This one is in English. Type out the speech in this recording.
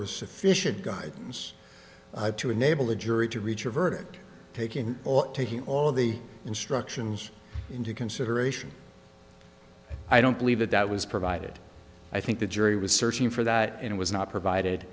was sufficient guidance to enable a jury to reach a verdict taking or taking all the instructions into consideration i don't believe that that was provided i think the jury was searching for that it was not provided